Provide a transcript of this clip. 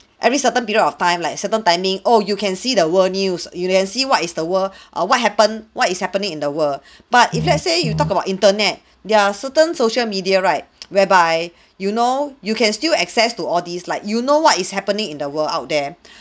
every certain period of time like certain timing oh you can see the world news you can see what is the world or what happen what is happening in the world but if let's say you talk about internet there are certain social media right whereby you know you can still access to all this like you know what is happening in the world out there